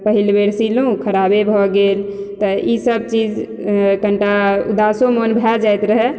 पहिल बेर सिलु खराबे भऽ गेल तऽ इसब चीज कनिटा उदासो मन भए जाइत रहए